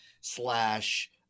slash